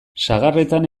sagarretan